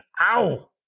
ow